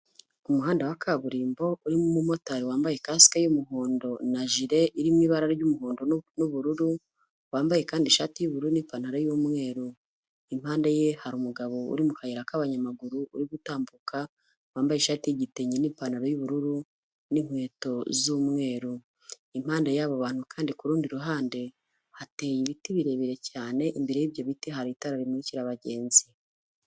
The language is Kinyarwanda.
Umuhanda wa kaburimbo urimo umumotari wambaye kasike y'umuhondo na jire irimo ibara ry'umuhondo n'ubururu, wambaye kandi ishati y'ubururu n'ipantaro y'umweru, impande ye hari umugabo uri mu kayira k'abanyamaguru uri gutambuka wambaye ishati y'igitenge n'ipantaro y'ubururu n'inkweto z'umweru, impande y'abo bantu kandi ku rundi ruhande hateye ibiti birebire cyane, imbere y'ibyo biti hari itara rimukira abagenzi.